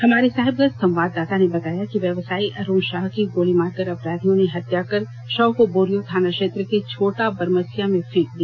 हमारे साहिबगंज संवाददाता ने बताया कि व्यवसायी अरुण साह की गोली मारकर अपराधियों ने हत्या कर शव को बोरियो थाना क्षेत्र के छोटा बरमसिया में फेंक दिया